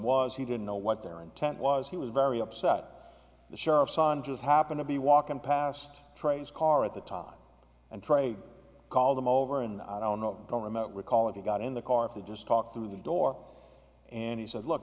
was he didn't know what their intent was he was very upset the sheriff's son just happened to be walking past trace car at the time and trey call them over and i don't know don't remember recall if he got in the car if he just talked through the door and he said look